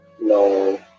no